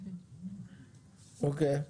אוקיי.